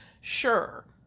Sure